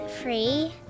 free